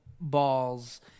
balls